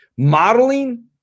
Modeling